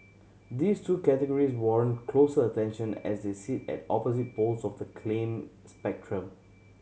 these two categories warrant closer attention as they sit at opposite poles of the claim spectrum